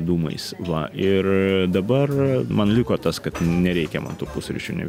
dūmais va ir dabar man liko tas kad nereikia man tų pusryčių ne